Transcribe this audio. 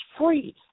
free